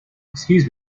excuse